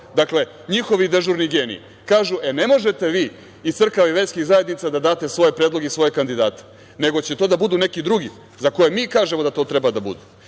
zovemo. Dakle, njihovi dežurni geniji kažu – e ne možete vi iz crkava i verskih zajednica da date svoje predloge i svoje kandidate, nego će to da budu neki drugi za koje mi kažemo da to treba da budu.